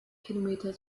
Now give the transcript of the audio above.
kilometer